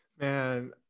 Man